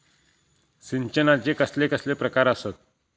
सिंचनाचे कसले कसले प्रकार आसत?